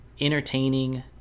entertaining